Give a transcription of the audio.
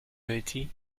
bertie